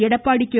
Edappadi K